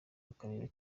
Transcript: akarere